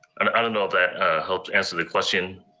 and i don't know if that helps answer the question.